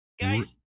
guys